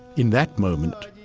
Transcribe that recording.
in that moment,